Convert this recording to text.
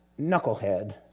knucklehead